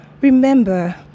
remember